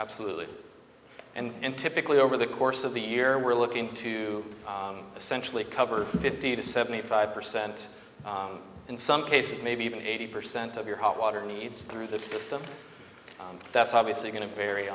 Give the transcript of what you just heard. absolutely and typically over the course of the year we're looking to essentially cover fifty to seventy five percent in some cases maybe even eighty percent of your hot water needs through the system that's obviously go